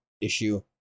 issue